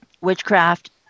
Witchcraft